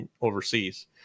overseas